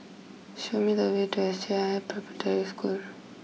show me the way to S J I Preparatory School